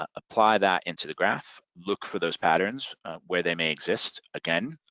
ah apply that into the graph, look for those patterns where they may exist. again,